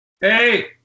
Hey